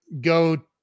go